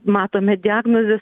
matome diagnozes